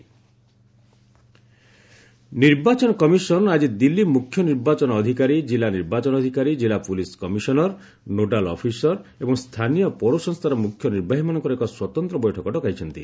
ECI meeting ନିର୍ବାଚନ commission ଆଜି ଦିଲ୍ଲୀ ମୁଖ୍ୟ ନିର୍ବାଚନ ଅଧିକାରୀ ଜିଲ୍ଲା ନିର୍ବାଚନ ଅଧିକାରୀ ଜିଲ୍ଲା ପୁଲିସ୍ କମିଶନର ନୋଡାଲ୍ ଅଫିସର ଏବଂ ସ୍ଥାନୀୟ ପୌରସଂସ୍ଥାର ମୁଖ୍ୟ ନିର୍ବାହୀମାନଙ୍କର ଏକ ସ୍ୱତନ୍ତ୍ର ବୈଠକ ଡକାଇଛନ୍ତି